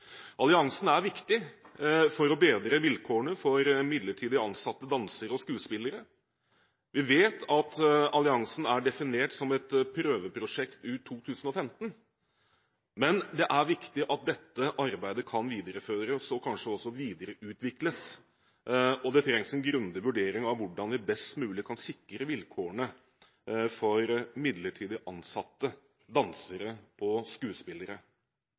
Alliansen er viktig for å bedre vilkårene for midlertidig ansatte dansere og skuespillere. Vi vet at alliansen er definert som et prøveprosjekt ut 2015, men det er viktig at dette arbeidet kan videreføres, og kanskje også videreutvikles. Det trengs en grundig vurdering av hvordan vi best mulig kan sikre vilkårene for midlertidig ansatte dansere og skuespillere.